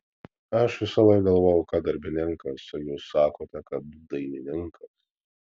aš visąlaik galvojau kad darbininkas o jūs sakote kad dainininkas